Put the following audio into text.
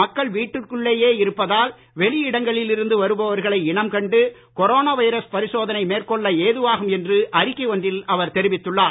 மக்கள் வீட்டிற்குள்ளேயே இருப்பதால் வெளி இடங்களில் இருந்து வருபவர்களை இனம் கண்டு கொரோனா வைரஸ் பரிசோதனை மேற்கொள்ள ஏதுவாகும் என்று அறிக்கை ஒன்றில் அவர் தெரிவித்துள்ளார்